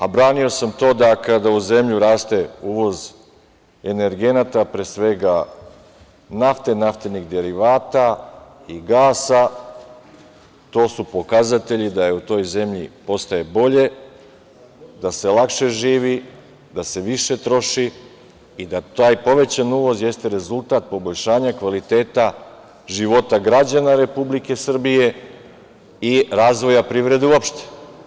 A branio sam to da kada u zemlju raste uvoz energenata, pre svega nafte, naftnih derivata i gasa, to su pokazatelji da u toj zemlji postaje bolje, da se lakše živi, da se više troši, i da taj povećan uvoz jeste rezultat poboljšanja kvaliteta života građana Republike Srbije i razvoja privrede, uopšte.